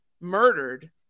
murdered